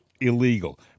illegal